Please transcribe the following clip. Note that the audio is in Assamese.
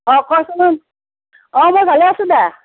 অঁ কওকচোন অঁ মই ভালে আছোঁ দে